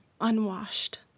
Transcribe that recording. unwashed